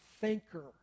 thinker